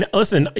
listen